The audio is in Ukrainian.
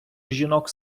жінок